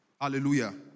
Hallelujah